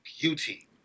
beauty